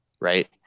right